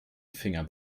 finger